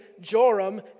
Joram